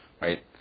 right